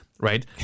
Right